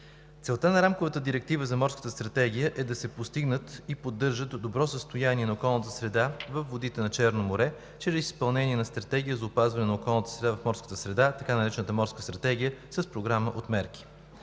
Целта на Рамковата директива за Морската стратегия е да се постигнат и поддържат в добро състояние на околната среда водите на Черно море чрез изпълнение на Стратегия за опазване на околната среда и морската среда – така наречената Морска стратегия, с програма от мерки.